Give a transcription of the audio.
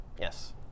Yes